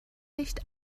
nicht